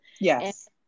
Yes